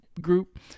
group